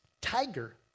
tiger